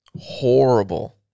Horrible